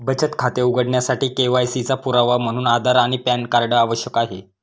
बचत खाते उघडण्यासाठी के.वाय.सी चा पुरावा म्हणून आधार आणि पॅन कार्ड आवश्यक आहे